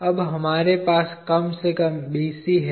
अब हमारे पास कम से कम BC है